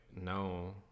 no